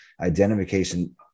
identification